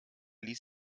ließ